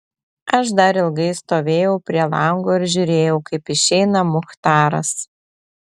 aš dar ilgai stovėjau prie lango ir žiūrėjau kaip išeina muchtaras